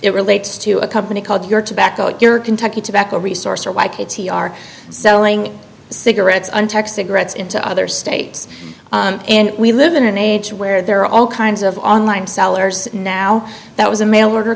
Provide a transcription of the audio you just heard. it relates to a company called your tobacco your kentucky tobacco resource or why katie are so ling cigarettes untaxed cigarettes into other states and we live in an age where there are all kinds of online sellers now that was a mail order